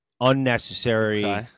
unnecessary